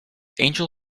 angel